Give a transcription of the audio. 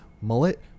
Mullet